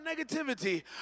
negativity